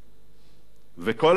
וכל הניסיונות לעשות